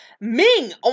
Ming